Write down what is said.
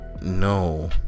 no